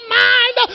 mind